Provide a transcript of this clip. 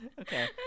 okay